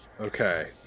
Okay